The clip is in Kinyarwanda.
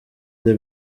the